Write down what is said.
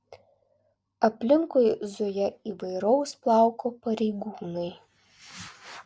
aplinkui zuja įvairaus plauko pareigūnai